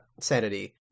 sanity